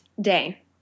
Day